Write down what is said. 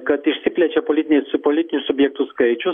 kad išsiplečia politinės politinių subjektų skaičius